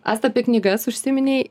asta apie knygas užsiminei